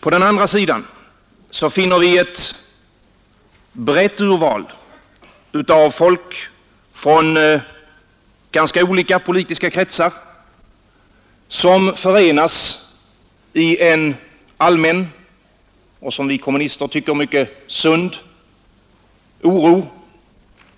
På den andra sidan finner vi ett brett urval av folk från ganska olika politiska kretsar, vilka förenas i en allmän och som vi kommunister tycker mycket sund oro, en